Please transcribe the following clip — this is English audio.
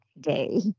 day